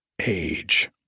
age